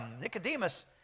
Nicodemus